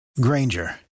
Granger